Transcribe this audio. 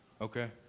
okay